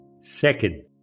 Second